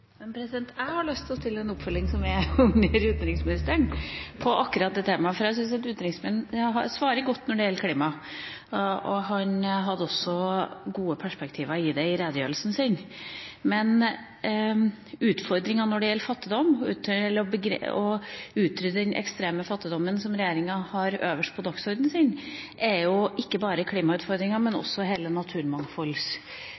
Jeg har lyst til å stille et oppfølgingsspørsmål til utenriksministeren om akkurat dette temaet, for jeg syns utenriksministeren svarer godt når det gjelder klima. Han hadde også gode perspektiver på dette i redegjørelsen. Utfordringa når det gjelder å utrydde den ekstreme fattigdommen, som regjeringa har øverst på sin dagsorden, er ikke bare klimautfordringa, men